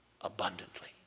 abundantly